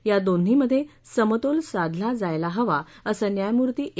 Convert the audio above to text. या दोन्हीमधे समतोल साधला जायला हवा असं न्यायमूर्ती ए